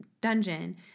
dungeon